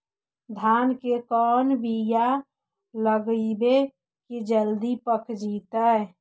धान के कोन बियाह लगइबै की जल्दी पक जितै?